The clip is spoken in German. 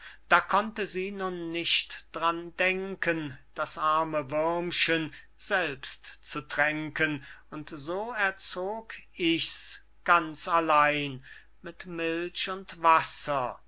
da konnte sie nun nicht d'ran denken das arme würmchen selbst zu tränken und so erzog ich's ganz allein mit milch und wasser